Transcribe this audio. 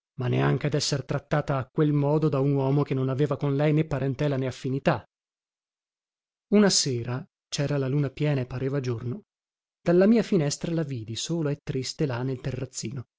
ma neanche desser trattata a quel modo da un uomo che non aveva con lei né parentela né affinità una sera cera la luna piena e pareva giorno dalla mia finestra la vidi sola e triste là nel terrazzino